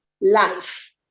life